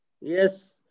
Yes